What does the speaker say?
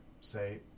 say